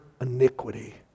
iniquity